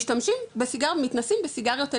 מתנסים בסיגריות,